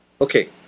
okay